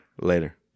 Later